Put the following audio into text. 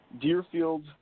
deerfield